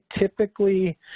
typically